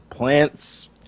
Plants